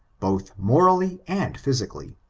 both, morally and physically,